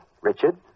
Richard